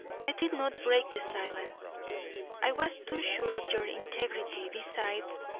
i did not break the silence i was too sure of your integrity besides,